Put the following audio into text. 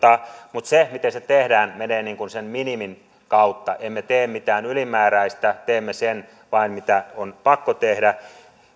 mutta se miten se tehdään menee sen minimin kautta emme tee mitään ylimääräistä teemme vain sen mitä on pakko tehdä